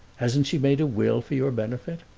hasn't she made a will for your benefit?